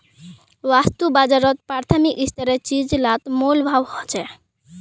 वास्तु बाजारोत प्राथमिक स्तरेर चीज़ लात मोल भाव होछे